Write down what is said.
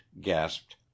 gasped